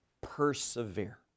persevere